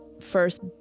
first